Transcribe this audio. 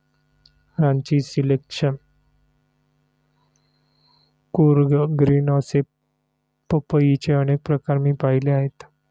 Ranchi selection, Coorg green असे पपईचे अनेक प्रकार मी पाहिले आहेत